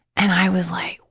and i was like,